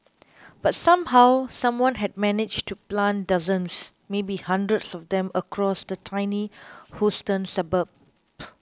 but somehow someone had managed to plant dozens maybe hundreds of them across the tiny Houston suburb